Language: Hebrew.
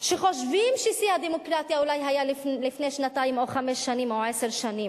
שחושבים ששיא הדמוקרטיה אולי היה לפני שנתיים או חמש שנים